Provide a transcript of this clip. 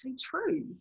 true